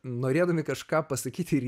norėdami kažką pasakyti ir